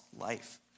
life